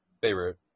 Beirut